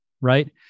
right